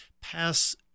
pass